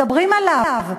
מדברים עליו.